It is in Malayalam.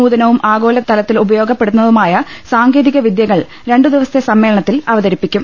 നൂതനവും ആഗോളതല ത്തിൽ ഉപയോഗിക്കപ്പെടുന്നതുമായ സാങ്കേതിക വിദ്യകൾ രണ്ടുദിവസത്തെ സമ്മേളനത്തിൽ അവതരിപ്പിക്കും